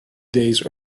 days